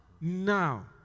now